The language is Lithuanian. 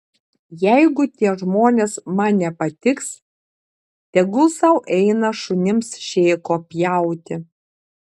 jeigu tie žmonės man nepatiks tegul sau eina šunims šėko pjauti